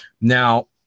Now